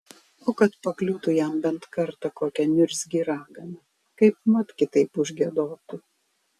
o kad pakliūtų jam bent kartą kokia niurzgi ragana kaipmat kitaip užgiedotų